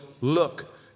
Look